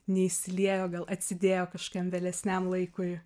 neįsiliejo gal atsidėjo kažkokiam vėlesniam laikui